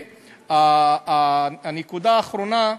הנקודה האחרונה,